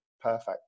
perfect